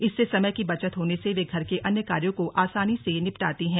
इससे समय की बचत होने से वे घर के अन्य कार्यों को आसानी से निपटाती है